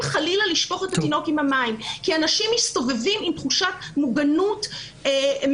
חלילה לשפוך את התינוק עם המים כי אנשים מסתובבים עם תחושת מוגנות מזויפת.